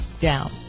down